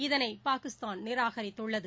இதனை பாகிஸ்தான் நிராகரித்துள்ளது